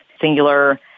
singular